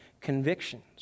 convictions